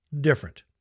different